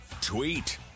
Tweet